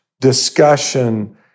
discussion